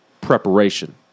preparation